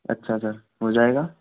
अच्छा सर हो जाएगा